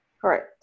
Correct